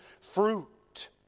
fruit